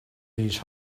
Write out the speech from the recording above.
these